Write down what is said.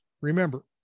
Remember